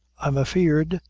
i'm afeard,